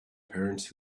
parents